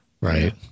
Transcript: Right